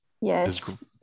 yes